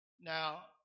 Now